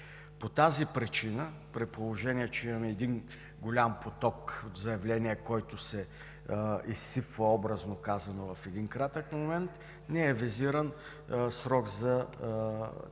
По тази причина, при положение че имаме един голям поток от заявления, който се изсипва образно казано в един кратък момент, не е визиран срок за